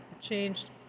changed